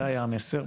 זה היה המסר.